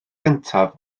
gyntaf